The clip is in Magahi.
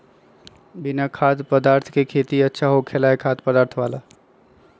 बिना खाद्य पदार्थ के खेती अच्छा होखेला या खाद्य पदार्थ वाला?